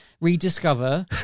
rediscover